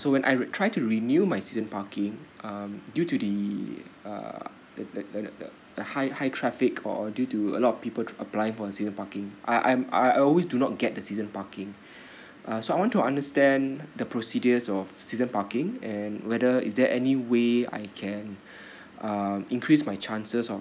so when I tried to renew my season parking um due to the uh the the the the the high high traffic or or due to a lot people to applying for the season parking I I'm I always do not get the season parking uh so I want to understand the procedures of season parking and whether is there any way I can um increase my chances of